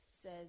says